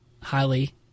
highly